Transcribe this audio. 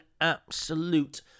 absolute